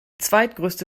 zweitgrößte